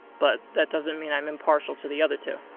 but, that doesn't mean i'm impartial to the other two.